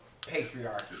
patriarchy